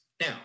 Now